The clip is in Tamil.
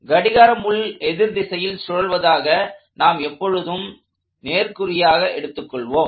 கடிகார எதிர் திசையில் சுழல்வதை நாம் எப்பொழுதும் நேர்குறியாக எடுத்துக் கொள்வோம்